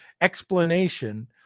explanation